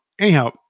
Anyhow